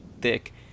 thick